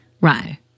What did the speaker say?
Right